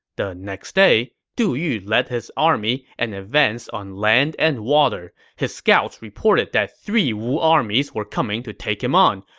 the next day, du yu lead his army and advanced on land and water. his scouts reported that three wu armies were coming to take him on,